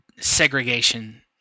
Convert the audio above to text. segregation